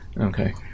Okay